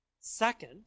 Second